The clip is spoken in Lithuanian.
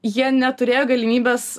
jie neturėjo galimybės